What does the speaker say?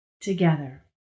together